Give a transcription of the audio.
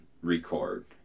record